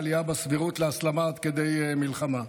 עלייה בסבירות להסלמה עד כדי מלחמה.